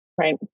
Right